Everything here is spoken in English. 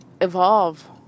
evolve